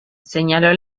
señaló